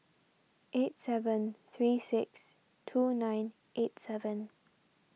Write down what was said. eight seven three six two nine eight seven